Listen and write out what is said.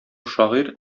шагыйрь